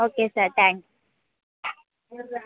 okay sir thanks